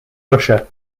russia